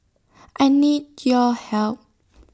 I need your help